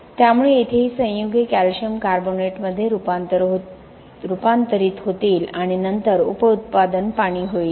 त्यामुळे येथे ही संयुगे कॅल्शियम कार्बोनेटमध्ये रूपांतरित होतील आणि नंतर उपउत्पादन पाणी होईल